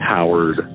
Howard